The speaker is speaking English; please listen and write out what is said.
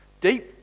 Deep